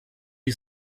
die